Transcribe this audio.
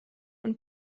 und